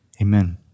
amen